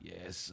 Yes